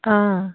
অঁ